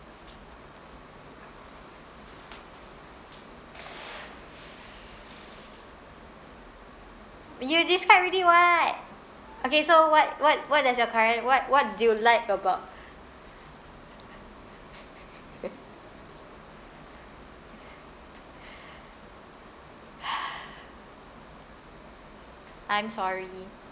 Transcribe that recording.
you describe already [what] okay so what what what does your current what what do you like about I'm sorry